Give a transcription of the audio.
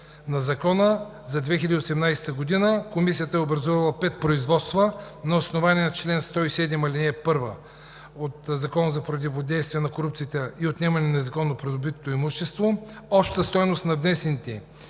на Закона за 2018 г. – Комисията е образувала пет производства на основание чл. 107, ал. 1 от Закона за противодействие на корупцията и отнемане на незаконно придобитото имущество. Общата стойност на внесените